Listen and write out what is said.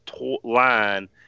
line